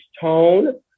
tone